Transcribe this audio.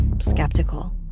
skeptical